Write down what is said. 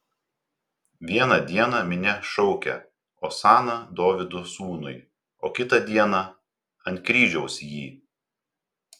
vieną dieną minia šaukia osana dovydo sūnui o kitą dieną ant kryžiaus jį